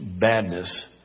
badness